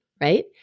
right